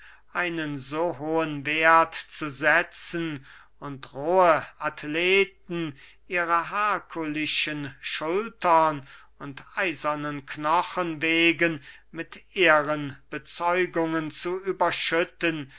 einen so hohen werth zu setzen und rohe athleten ihrer herkulischen schultern und eisernen knochen wegen mit ehrenbezeugungen zu überschütten